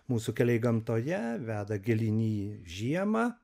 mūsų keliai gamtoje veda gilyn į žiemą